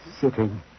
Sitting